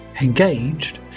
Engaged